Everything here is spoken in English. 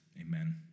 Amen